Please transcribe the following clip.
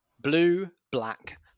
blue-black